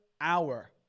hour